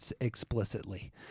explicitly